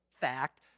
fact